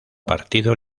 partido